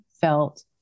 felt